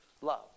love